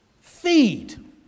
Feed